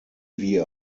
wir